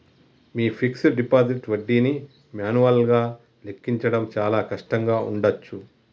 మీ fixed deposit వడ్డీని మాన్యువల్గా లెక్కించడం చాలా కష్టంగా ఉండచ్చు